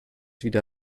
wieder